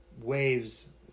Waves